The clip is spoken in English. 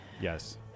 Yes